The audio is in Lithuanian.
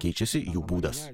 keičiasi jų būdas